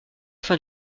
fin